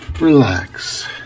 Relax